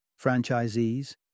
franchisees